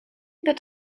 that